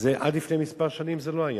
עד לפני כמה שנים זה לא היה,